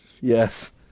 Yes